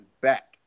back